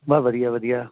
ਬਸ ਵਧੀਆ ਵਧੀਆ